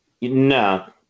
No